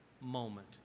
moment